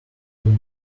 two